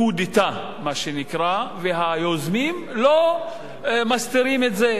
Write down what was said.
coup d'etat, מה שנקרא, היוזמים לא מסתירים את זה.